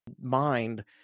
mind